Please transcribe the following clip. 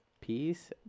Peace